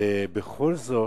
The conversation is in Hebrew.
ובכל זאת,